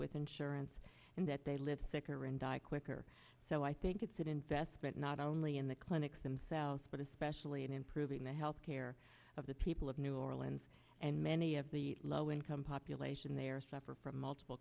with insurance and that they live sicker and die quicker so i think it's an investment not only in the clinics themselves but especially in improving the health care of the people of new orleans and many of the low income population they are suffer from multiple